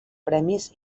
premis